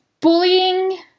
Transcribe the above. bullying